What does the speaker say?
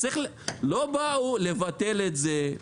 לא באו עם הצעה לבטל את זה,